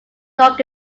dog